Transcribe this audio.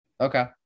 Okay